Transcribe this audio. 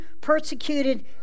persecuted